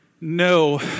No